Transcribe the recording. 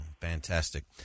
Fantastic